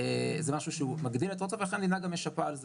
זה משהו שהוא מגדיל את ההוצאות ולכן המדינה משפה על זה.